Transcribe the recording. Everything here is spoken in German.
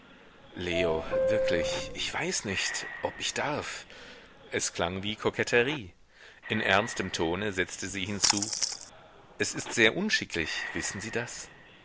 leo wirklich ich weiß nicht ob ich darf es klang wie koketterie in ernstem tone setzte sie hinzu es ist sehr unschicklich wissen sie das